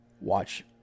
watch